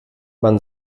man